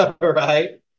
right